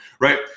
right